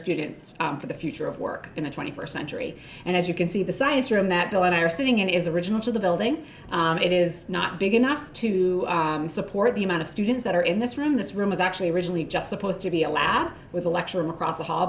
students for the future of work in the twenty first century and as you can see the science room that bill and i are sitting in is original to the building it is not big enough to support the amount of students that are in this room this room is actually originally just supposed to be a lab with a lecture room across the h